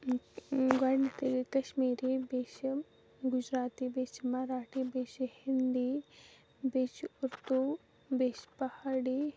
گۄڈنٮ۪تھٕے گٔے کَشمیری بیٚیہِ چھِ گُجراتی بیٚیہِ چھِ مَراٹھی بیٚیہِ چھِ ہِندی بیٚیہِ چھِ اردوٗ بیٚیہِ چھِ پہاڑی